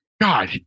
God